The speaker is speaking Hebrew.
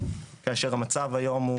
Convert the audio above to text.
כאשר המצב היום,